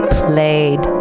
played